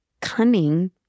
cunning